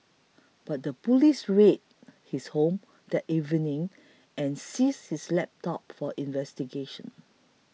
but the police raided his home that evening and seized his desktop for investigation